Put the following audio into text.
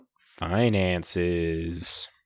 finances